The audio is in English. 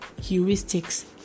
heuristics